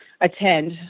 attend